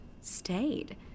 stayed